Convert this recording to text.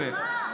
ואיפה.